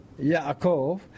Yaakov